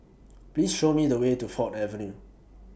Please Show Me The Way to Ford Avenue